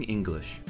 English 。